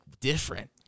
different